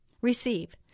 Receive